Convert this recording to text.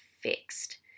fixed